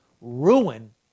ruin